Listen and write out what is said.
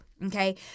Okay